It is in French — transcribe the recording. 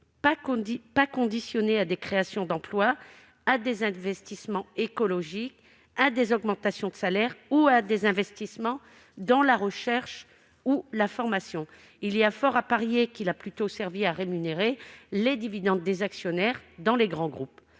pas conditionné à des créations d'emplois, à des investissements écologiques, à des augmentations de salaire ou à des investissements dans la recherche ou la formation. Il y a fort à parier qu'il a plutôt servi à rémunérer les dividendes des actionnaires des grands groupes.